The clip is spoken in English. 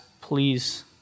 please